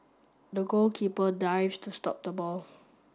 the goalkeeper dived to stop the ball